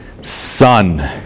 son